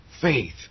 faith